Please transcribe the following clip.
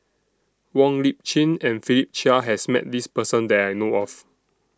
Wong Lip Chin and Philip Chia has Met This Person that I know of